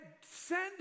send